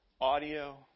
audio